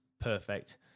Perfect